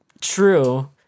True